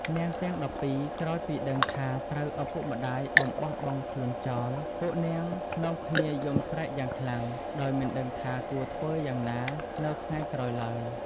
នាងទាំង១២ក្រោយពីដឹងថាត្រូវឪពុកម្តាយបំបោះបង់ខ្លួនចោល ពួកនាងនាំគ្នាយំស្រែកយ៉ាងខ្លាំងដោយមិនដឹងថាគួរធ្វើយ៉ាងណានៅថ្ងៃក្រោយឡើយ។